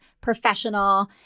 professional